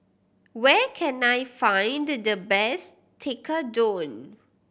where can I find the best Tekkadon